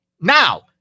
Now